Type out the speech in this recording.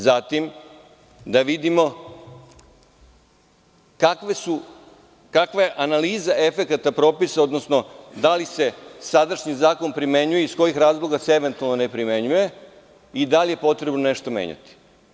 Zatim, da vidimo kakva je analiza efekata propisa, odnosno da li se sadašnji zakon primenjuje i iz kojih se razloga eventualno ne primenjuje i da li je potrebno nešto menjati?